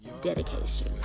dedication